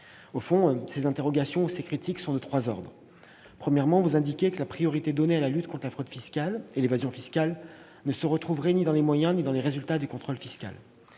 Au fond, elles sont de trois ordres. Premièrement, vous indiquez que la priorité donnée à la lutte contre la fraude et l'évasion fiscales ne se retrouve ni dans les moyens ni dans les résultats du contrôle fiscal.